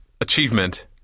achievement